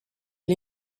gli